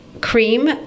cream